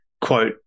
quote